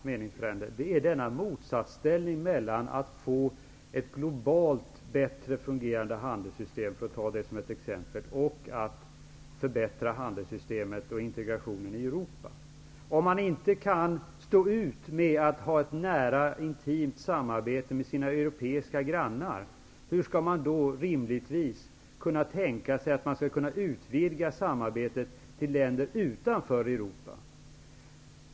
Herr talman! Det jag inte riktigt förstod av debatten mellan Johan Lönnroth och hans meningsfränder var denna motsatsställning mellan att få ett globalt bättre fungerande handelssystem, för att ta det som ett exempel, och att förbättra handelssystemet och integrationen i Europa. Om man inte kan stå ut med att ha ett nära, intimt samarbete med sina europeiska grannar, hur tänker man då att man skall kunna utvidga samarbetet till länder utanför Europa?